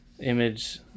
image